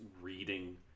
reading